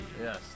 Yes